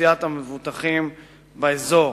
אוכלוסיית המבוטחים באזור.